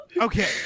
Okay